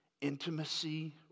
intimacy